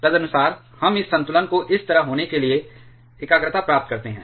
तदनुसार हम इस संतुलन को इस तरह होने के लिए एकाग्रता प्राप्त करते हैं